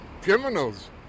Criminals